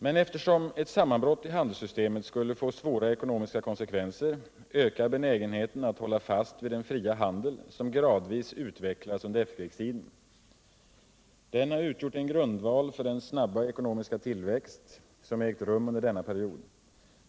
Men eftersom ett sammanbrott i handelssystemet skulle få svåra ekonomiska konsekvenser ökar benägenheten att hålla fast vid den fria handel som gradvis utvecklats under efterkrigstiden. Den har utgjort en grundval för den snabba ekonomiska tillväxt som ägt rum under denna period.